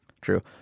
True